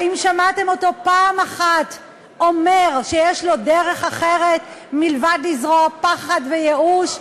האם שמעתם אותו פעם אחת אומר שיש לו דרך אחרת מלבד לזרוע פחד וייאוש?